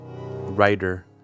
writer